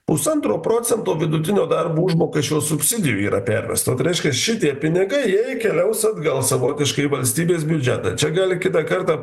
pusantro procento vidutinio darbo užmokesčio subsidijų yra pervesta tai reiškia šitie pinigai keliaus atgal savotiškai į valstybės biudžetą čia gali kitą kartą